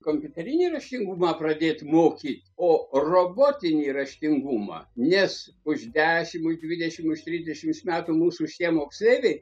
kompiuterinį raštingumą pradėt mokyt o robotinį raštingumą nes už dešimt už dvidešimt už trisdešimts metų mūsų šitie moksleiviai